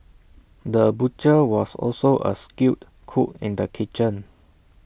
the butcher was also A skilled cook in the kitchen